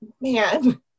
man